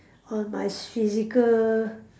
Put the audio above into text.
on my physical